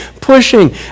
pushing